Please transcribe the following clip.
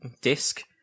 disc